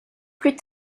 plus